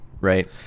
right